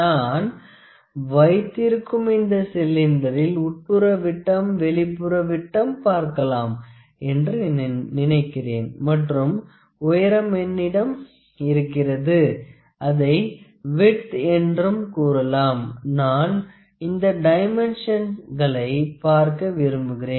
நான் வைத்திருக்கும் இந்த சிலிண்டரில் உட்புற விட்டம் வெளிப்புற விட்டம் பார்க்கலாம் என்று நினைக்கிறேன் மற்றும் உயரம் என்னிடம் இருக்கிறது அதை விட்த் என்றும் கூறலாம் நான் இந்த டைமென்ஷன்களை பார்க்க விரும்புகிறேன்